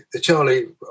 Charlie